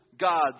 God's